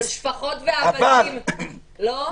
של שפחות ועבדים, לא?